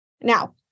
Now